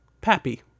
Pappy